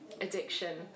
addiction